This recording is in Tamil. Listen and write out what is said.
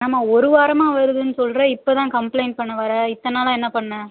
ஏன்மா ஒரு வாரமாக வருதுன்னு சொல்கிற இப்போ தான் கம்ப்ளைண்ட் பண்ண வர இத்தனை நாளாக என்ன பண்ணிண